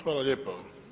Hvala lijepa.